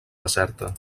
deserta